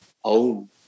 home